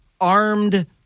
armed